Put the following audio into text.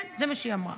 כן, זה מה שהיא אמרה.